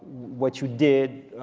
what you did,